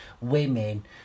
women